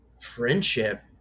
friendship